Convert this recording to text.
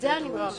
זה אני מדגישה.